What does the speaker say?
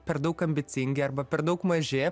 per daug ambicingi arba per daug maži